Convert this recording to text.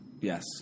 Yes